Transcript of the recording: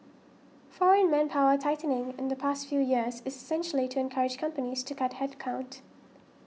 foreign manpower tightening in the past few years is essentially to encourage companies to cut headcount